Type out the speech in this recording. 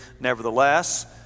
nevertheless